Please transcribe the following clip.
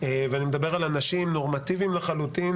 ואני מדבר על אנשים נורמטיביים לחלוטין,